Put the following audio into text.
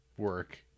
work